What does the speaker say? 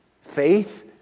Faith